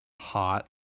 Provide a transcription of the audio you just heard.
Hot